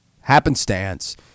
happenstance